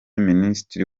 minisitiri